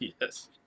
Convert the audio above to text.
Yes